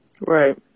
Right